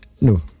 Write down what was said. No